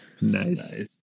nice